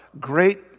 great